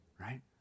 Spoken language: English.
right